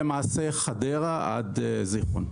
למעשה, זה חדרה עד זיכרון.